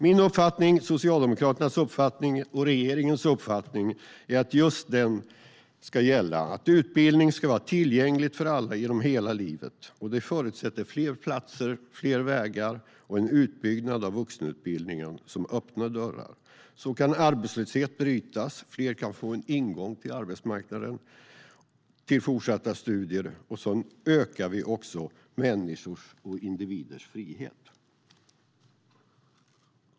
Min uppfattning, socialdemokraternas uppfattning och regeringens uppfattning är just den att utbildning ska vara tillgänglig för alla genom hela livet. Det förutsätter fler platser, fler vägar och en utbyggnad av vuxenutbildningen som öppnar dörrar. Så kan arbetslöshet brytas och fler få en ingång till arbetsmarknaden eller fortsatta studier. Så ökar vi också människors och individers frihet.